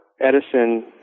Edison